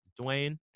Dwayne